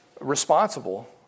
responsible